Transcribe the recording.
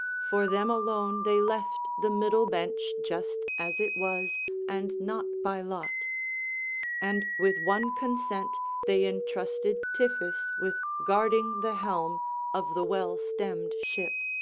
for them alone they left the middle bench just as it was and not by lot and with one consent they entrusted tiphys with guarding the helm of the well-stemmed ship.